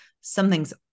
something's